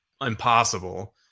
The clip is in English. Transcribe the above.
impossible